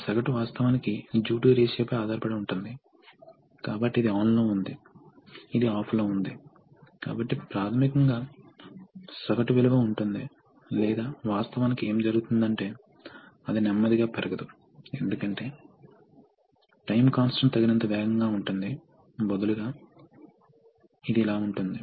ఈ చిహ్నాలు హైడ్రాలిక్ లో వాడే వాటికి చాలా పోలి ఉంటాయి కాబట్టి కంప్రెసర్ ఇలా ఉంటుంది త్రిభుజం మాత్రమే హాలో గా ఉందని గమనించండి హైడ్రాలిక్స్ విషయంలో త్రిభుజం సాలిడ్ గా ఉంది ఎందుకంటే ఇది ఆయిల్